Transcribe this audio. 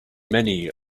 many